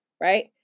right